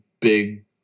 big